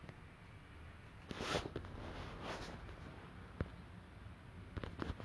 அது வந்து அது ஒன்னு இன்னொன்னு வந்து எனக்கு வந்து:athu vanthu athu onnu innonnu vanthu enakku vanthu football விளையாட புடிக்கும்:vilaiyaada pudikkum